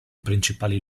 principali